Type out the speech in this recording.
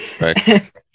right